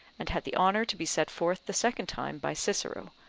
and had the honour to be set forth the second time by cicero,